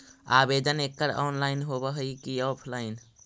आवेदन एकड़ ऑनलाइन होव हइ की ऑफलाइन?